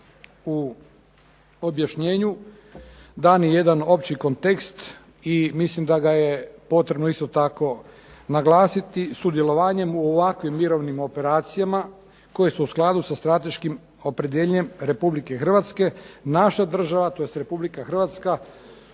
U objašnjenju dan je jedan opći kontekst i mislim da ga je potrebno isto tako naglasiti. Sudjelovanjem u ovakvim mirovnim operacijama koje su u skladu sa strateškim opredjeljenjem Republike Hrvatske, naša država tj. Republika Hrvatska